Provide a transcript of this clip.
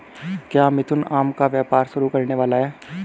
क्या मिथुन आम का व्यापार शुरू करने वाला है?